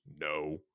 No